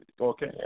okay